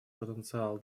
потенциал